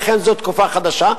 לכן זו תקופה חדשה.